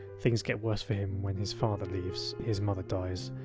things get worse for him when his father leaves, his mother dies,